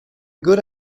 good